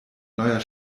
neuer